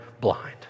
blind